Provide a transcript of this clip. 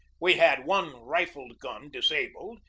we had one rifled gun disabled,